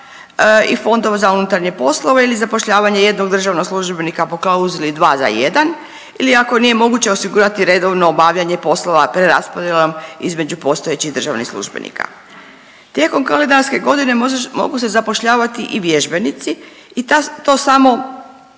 i fondova za unutarnje poslove ili zapošljavanje jednog državnog službenika po klauzuli 2 za 1 ili ako nije moguće osigurati redovno obavljanje poslova preraspodjelom između postojećih državnih službenika. Tijekom kalendarske godine mogu se zapošljavati i vježbenici i to samo